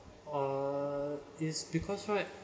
uh is because right